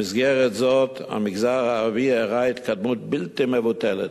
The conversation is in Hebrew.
במסגרת זו המגזר הערבי הראה התקדמות בלתי מבוטלת.